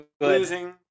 losing